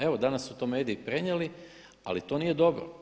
Evo danas su to mediji prenijeli ali to nije dobro.